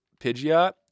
Pidgeot